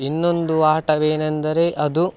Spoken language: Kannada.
ಇನ್ನೊಂದು ಆಟವೇನೆಂದರೆ ಅದು